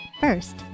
First